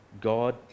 God